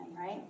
Right